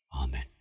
Amen